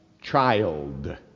child